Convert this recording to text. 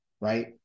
right